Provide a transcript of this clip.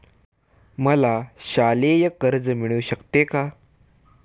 मला शालेय कर्ज मिळू शकते का?